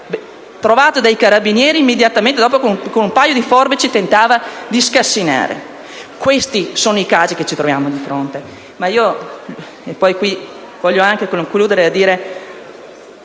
trovato dai carabinieri, immediatamente dopo, con un paio di forbici che tentava di scassinare. Questi sono i casi che ci troviamo di fronte.